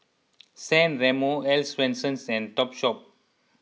San Remo Earl's Swensens and Topshop